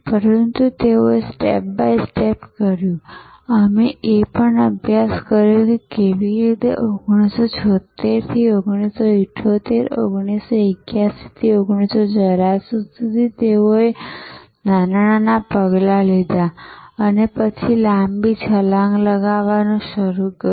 પરંતુ તેઓએ તે સ્ટેપ બાય સ્ટેપ કર્યું અમે એ પણ અભ્યાસ કર્યો કે કેવી રીતે 1976 થી 1978 1981 થી 1984 સુધી તેઓએ કેવી રીતે નાના નાના પગલાં લીધા અને પછી લાંબી છલાંગ લગાવવાનું શરૂ કર્યું